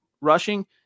Rushing